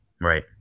right